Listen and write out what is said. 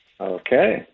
okay